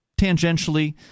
tangentially